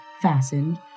fastened